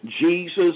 Jesus